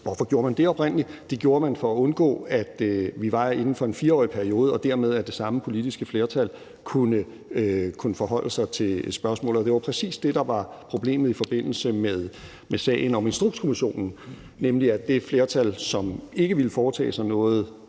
Hvorfor lavede man det oprindelig sådan? Det gjorde man for at undgå, at det var inden for en 4-årig periode, så det samme politiske flertal dermed kunne forholde sig til spørgsmålet. Det var præcis det, der var situationen i forbindelse med sagen om Instrukskommissionen, nemlig at det flertal, som ikke ville foretage sig noget